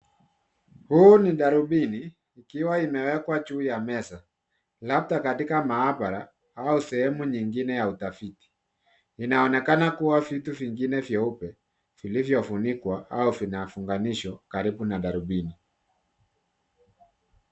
Huu ni darubini ikiwa imewekwa juu ya meza labda katika baabara au sehemu nyingine ya utafiti. Inaonekana kuwa vitu vingine vyeupe vilivyofunikwa au vinafunganishwa karibu na darubini.